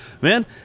man